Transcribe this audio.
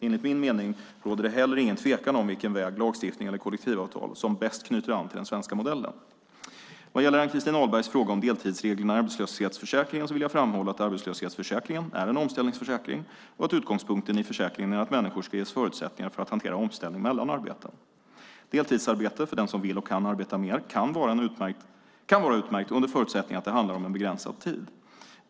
Enligt min mening råder det heller ingen tvekan om vilken väg - lagstiftning eller kollektivavtal - som bäst knyter an till den svenska modellen. Vad gäller Ann-Christin Ahlbergs fråga om deltidsreglerna i arbetslöshetsförsäkringen vill jag framhålla att arbetslöshetsförsäkringen är en omställningsförsäkring och att utgångspunkten i försäkringen är att människor ska ges förutsättningar för att hantera omställning mellan arbeten. Deltidsarbete, för den som vill och kan arbeta mer, kan vara utmärkt under förutsättning att det handlar om en begränsad tid.